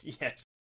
Yes